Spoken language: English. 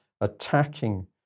attacking